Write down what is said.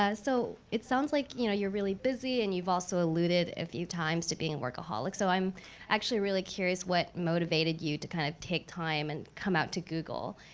ah so it sounds like, you know, you're really busy, and you've also alluded a few times to being a workaholic. so i'm actually really curious what motivated you to kind of take time, and come out to google.